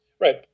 right